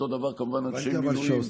אותו דבר כמובן אנשי מילואים.